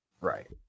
Right